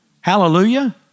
Hallelujah